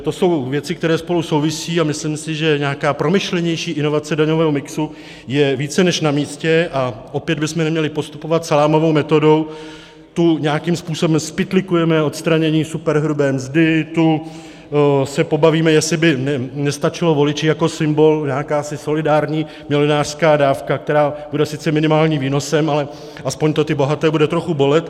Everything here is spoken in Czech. To jsou věci, které spolu souvisí, a myslím si, že nějaká promyšlenější inovace daňového mixu je více než namístě, a opět bychom neměli postupovat salámovou metodou tu nějakým způsobem zpytlíkujeme odstranění superhrubé mzdy, tu se pobavíme, jestli by nestačila voliči jako symbol jakási solidární milionářská dávka, která bude sice minimálním výnosem, ale aspoň to ty bohaté bude trochu bolet.